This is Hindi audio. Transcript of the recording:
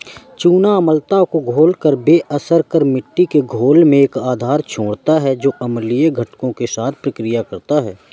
चूना अम्लता को घोलकर बेअसर कर मिट्टी के घोल में एक आधार छोड़ता है जो अम्लीय घटकों के साथ प्रतिक्रिया करता है